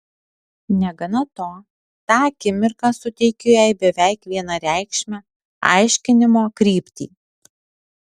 negana to tą akimirką suteikiu jai beveik vienareikšmę aiškinimo kryptį